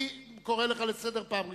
אני קורא אותך לסדר בפעם הראשונה.